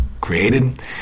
created